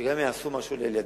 שגם יעשו מה שלאל ידם,